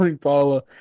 Paula